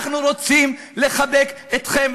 אנחנו רוצים לחבק אתכם,